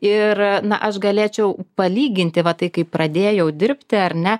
ir na aš galėčiau palyginti va tai kaip pradėjau dirbti ar ne